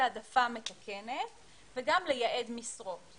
העדפה מתקנת וגם לייעד משרות.